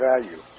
value